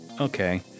okay